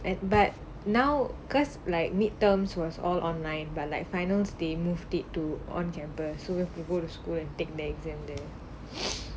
as but now because like mid terms was all online but like finals they moved it to on campus so you have to go to school and take the exam then